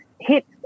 hits